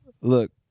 Look